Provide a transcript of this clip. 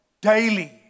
daily